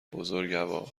بزرگوار